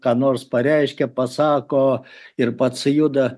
ką nors pareiškia pasako ir pats juda